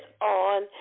on